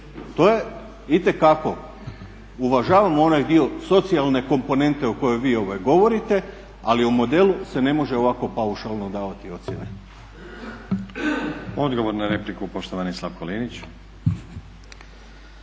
To je itekako, uvažavam onaj dio socijalne komponente o kojoj vi govorite, ali o modelu se ne može ovako paušalno davati ocjene. **Stazić, Nenad (SDP)** Odgovor na repliku, poštovani Slavko Linić.